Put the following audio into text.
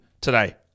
today